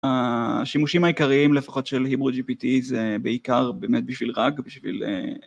השימושים העיקריים לפחות של Hebrew GPT זה בעיקר באמת בשביל רג ובשביל